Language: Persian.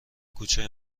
کوچه